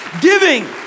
Giving